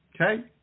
okay